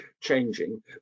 changing